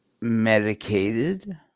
medicated